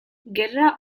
gerra